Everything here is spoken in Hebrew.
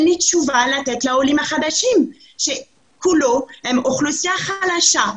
לי תשובה לתת לעולים החדשים שכולם הם אוכלוסייה חלשה,